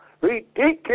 ridiculous